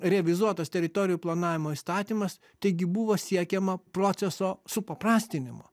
revizuotas teritorijų planavimo įstatymas taigi buvo siekiama proceso supaprastinimo